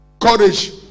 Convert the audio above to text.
Courage